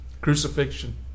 Crucifixion